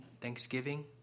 thanksgiving